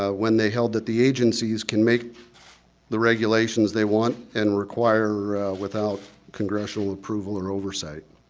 ah when they held that the agencies can make the regulations they want and require without congressional approval or oversight.